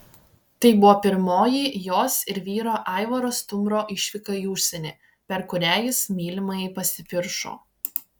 tai buvo pirmoji jos ir vyro aivaro stumbro išvyka į užsienį per kurią jis mylimajai pasipiršo